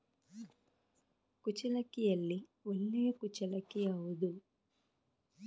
ಕುಚ್ಚಲಕ್ಕಿಯಲ್ಲಿ ಒಳ್ಳೆ ಕುಚ್ಚಲಕ್ಕಿ ಯಾವುದು?